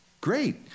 great